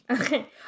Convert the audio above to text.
Okay